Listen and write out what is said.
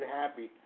happy